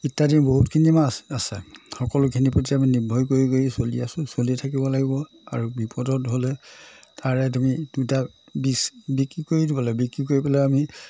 ইত্যাদি বহুতখিনি মাছ আছে সকলোখিনি প্ৰতি আমি নিৰ্ভৰ কৰি কৰি চলি আছোঁ চলি থাকিব লাগিব আৰু বিপদত হ'লে তাৰে তুমি দুটা বিছ বিক্ৰী কৰি দিব লাগিব বিক্ৰী কৰি পেলাই আমি